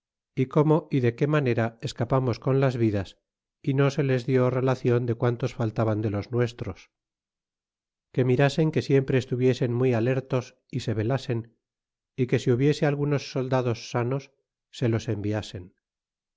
y cómo y de que manera escapamos con las vidas y no se les dió relaclon de quantos faltaban de los nuestros y que mirasen que siempre estuviesen muy alertos y se velasen y que si hubiese algunos soldados sanos se los enviasen